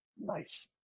nice